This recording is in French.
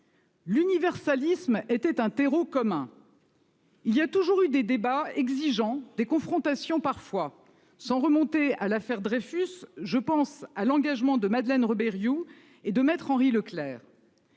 L'universalisme était un terreau commun. Il y a toujours eu des débats exigeants, des confrontations parfois. Sans remonter à l'affaire Dreyfus, je pense à l'engagement de Madeleine Rebérioux ou de Me Henri Leclerc.